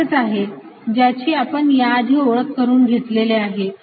ते तसेच आहे ज्याची आपण याआधी ओळख करून घेतलेली आहे